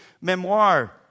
memoir